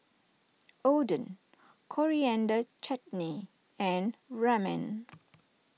Oden Coriander Chutney and Ramen